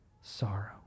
sorrow